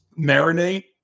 marinate